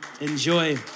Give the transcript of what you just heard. Enjoy